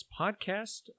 Podcast